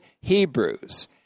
Hebrews